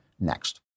next